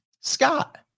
Scott